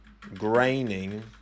graining